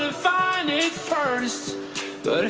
ah find it first